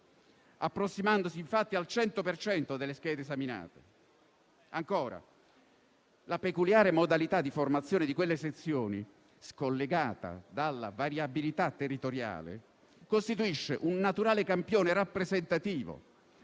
approssimandosi infatti al 100 per cento delle schede esaminate. Ancora: la peculiare modalità di formazione di quelle sezioni, scollegata dalla variabilità territoriale, costituisce un naturale campione rappresentativo,